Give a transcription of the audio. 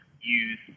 use